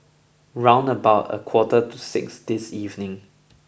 round about a quarter to six this evening